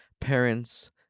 parents